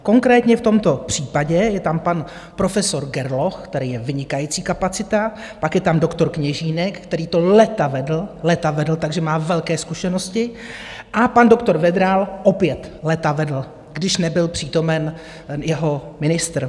Konkrétně v tomto případě je tam pan profesor Gerloch, který je vynikající kapacita, pak je tam doktor Kněžínek, který to léta vedl, léta vedl, takže má velké zkušenosti, a pan doktor Vedral, opět léta vedl, když nebyl přítomen jeho ministr.